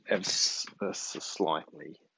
slightly